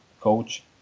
coach